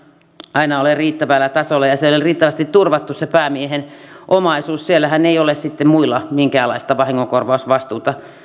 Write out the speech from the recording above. aina ole riittävällä tasolla ja se ei ole riittävästi turvattu se päämiehen omaisuus siellähän ei ole sitten muilla minkäänlaista vahingonkorvausvastuuta